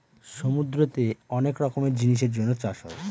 সমুদ্রতে অনেক রকমের জিনিসের জন্য চাষ হয়